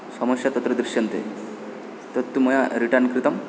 समस्या तत्र दृश्यन्ते तत्तु मया रिटर्न् कृतम्